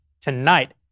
tonight